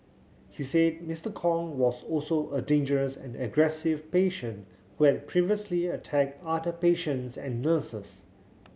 he said Mister Kong was also a dangerous and aggressive patient who had previously attacked other patients and nurses